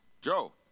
Joe